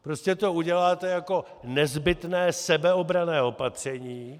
Prostě to uděláte jako nezbytné sebeobranné opatření.